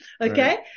Okay